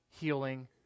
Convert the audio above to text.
healing